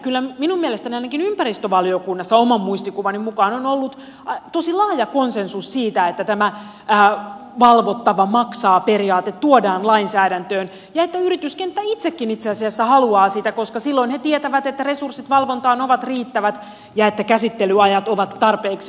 kyllä minun mielestäni ainakin ympäristövaliokunnassa oman muistikuvani mukaan on ollut tosi laaja konsensus siitä että tämä valvottava maksaa periaate tuodaan lainsäädäntöön ja että yrityskenttä itsekin itse asiassa haluaa sitä koska silloin he tietävät että resurssit valvontaan ovat riittävät ja että käsittelyajat ovat tarpeeksi lyhyet